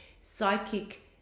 psychic